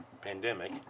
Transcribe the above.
pandemic